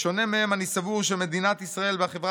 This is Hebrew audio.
בשונה מהם אני סבור שמדינת ישראל והחברה